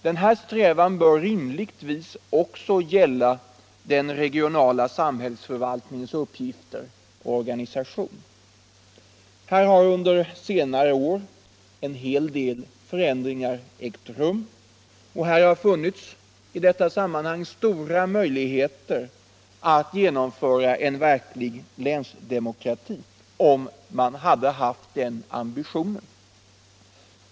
Denna strävan bör rimligtvis också gälla den regionala samhällsförvaltningens uppgifter och organisation. Här har under senare år en hel del förändringar ägt rum, och det hade i detta sammanhang funnits stora möjligheter att genomföra en verklig länsdemokrati, om man haft den ambitionen.